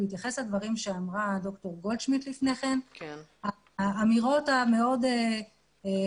בהתייחס לדברים שאמרה דוקטור גולדשמיד לפני כן שהאמירות מאוד חריפות,